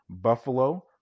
Buffalo